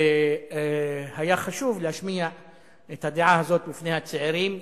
והיה חשוב להשמיע את הדעה הזאת בפני הצעירים,